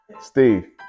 Steve